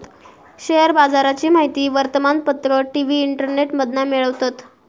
share बाजाराची माहिती वर्तमानपत्र, टी.वी, इंटरनेटमधना मिळवतत